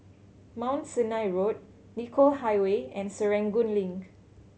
Mount Sinai Road Nicoll Highway and Serangoon Link